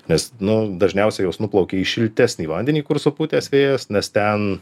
nes nu dažniausiai jos nuplaukia į šiltesnį vandenį kur supūtęs vėjas nes ten